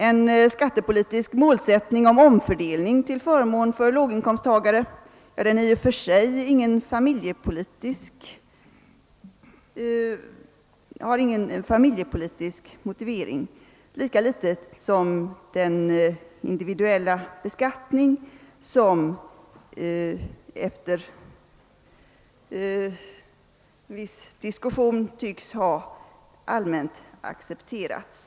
En skattepolitisk målsättning om omfördelning till förmån för låginkomsttagare har i och för sig ingen familjepolitisk motivering, lika litet som den: individuella beskattning som efter viss diskussion tycks ha allmänt accepterats.